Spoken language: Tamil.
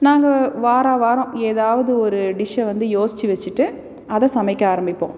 நாங்கள் வாராவாரம் ஏதாவது ஒரு டிஷ்ஷை வந்து யோசித்து வச்சுட்டு அதை சமைக்க ஆரம்பிப்போம்